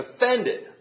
offended